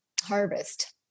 harvest